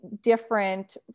different